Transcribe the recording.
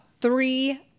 three